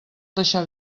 deixar